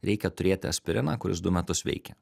reikia turėti aspiriną kuris du metus veikia